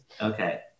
Okay